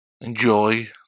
Enjoy